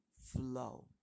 flow